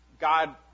God